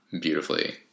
beautifully